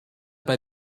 bei